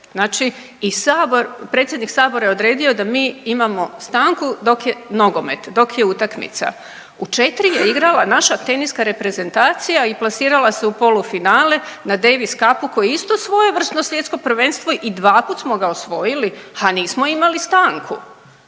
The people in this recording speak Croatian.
Sabor, predsjednik Sabora je odredio da mi imamo stanku dok je nogomet, dok je utakmica. U 4 je igrala naša teniska reprezentacija i plasirala se u polufinale na Davis capu koje je isto svojevrsno Svjetsko prvenstvo i dvaput smo ga osvojili, a nismo imali stanku.